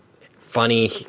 funny